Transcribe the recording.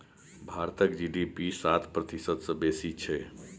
भारतक जी.डी.पी सात प्रतिशत सँ बेसी छै